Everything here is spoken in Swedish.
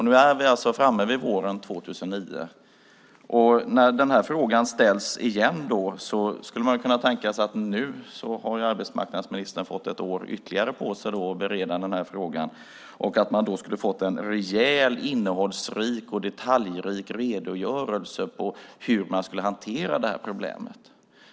Nu är vi framme vid våren 2009, och när den här frågan ställs igen skulle man kunna tänka sig att då arbetsmarknadsministern fått ett år ytterligare på sig att bereda frågan skulle vi ha fått en rejäl innehålls och detaljrik redogörelse för hur man ska hantera problemet.